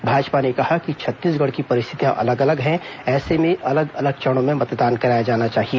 भाजपा ने कहा कि छत्तीसगढ़ की परिस्थितियां अलग अलग हैं ऐसे में अलग अलग चरणों में मतदान कराया जाना चाहिए